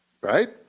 right